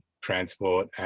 transport